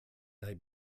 they